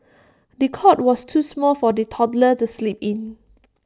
the cot was too small for the toddler to sleep in